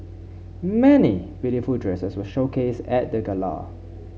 many beautiful dresses were showcased at the gala